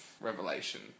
revelation